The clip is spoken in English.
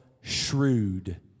shrewd